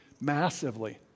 massively